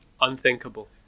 Unthinkable